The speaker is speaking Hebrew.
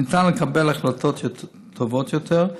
ניתן לקבל החלטות טובות יותר,